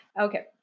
Okay